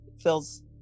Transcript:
feels